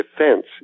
defense